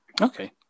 Okay